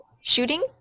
Shooting